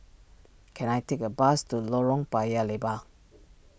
can I take a bus to Lorong Paya Lebar